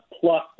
plus